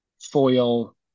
foil